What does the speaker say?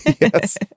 Yes